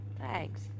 Thanks